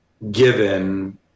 given